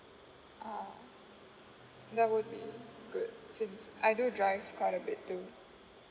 ah that would be good since I do drive quite a bit too